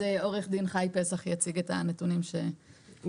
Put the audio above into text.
עו"ד חי פסח יציג את הנתונים שקיבלנו.